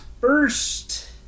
first